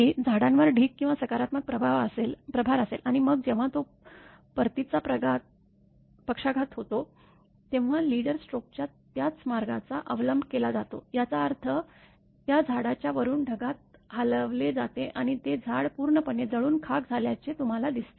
की झाडांवर ढीग किंवा सकारात्मक प्रभार असेल आणि मग जेव्हा तो परतीचा पक्षाघात होतो तेव्हा लीडर स्ट्रोकच्या त्याच मार्गाचा अवलंब केला जातो याचा अर्थ त्या झाडाच्या वरून ढगात हलवले जाते आणि ते झाड पूर्णपणे जळून खाक झाल्याचे तुम्हाला दिसते